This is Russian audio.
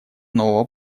нового